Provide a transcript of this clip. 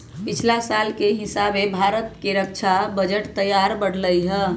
पछिला साल के हिसाबे भारत के रक्षा बजट लगातार बढ़लइ ह